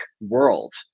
world